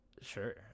sure